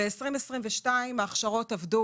ב-2022 ההכשרות עבודה